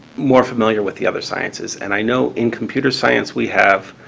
more familiar with the other sciences, and i know, in computer science, we have